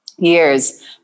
Years